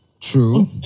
True